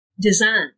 design